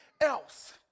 else